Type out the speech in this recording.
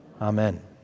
Amen